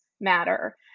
matter